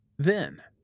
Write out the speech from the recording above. then,